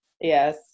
Yes